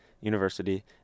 University